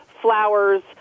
flowers